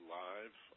live